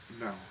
No